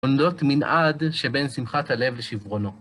עונדות מנעד שבין שמחת הלב לשברונו.